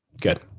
Good